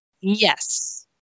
Yes